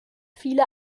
viele